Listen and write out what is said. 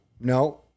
No